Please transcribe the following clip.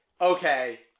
Okay